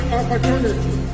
opportunity